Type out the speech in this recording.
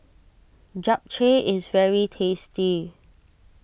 Japchae is very tasty